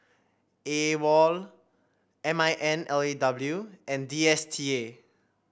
AWOL M I N L A W and D S T A